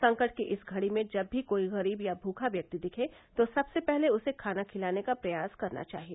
संकट की इस घड़ी में जब भी कोई गरीब या भूखा व्यक्ति दिखे तो सबसे पहले उसे खाना खिलाने का प्रयास करना चाहिए